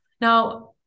Now